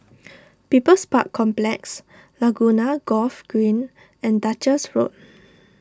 People's Park Complex Laguna Golf Green and Duchess Road